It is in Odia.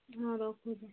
ହଁ ରଖୁଛି